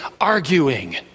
arguing